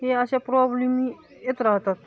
हे अशा प्रॉब्लेम येत राहतात